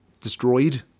destroyed